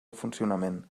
funcionament